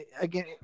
again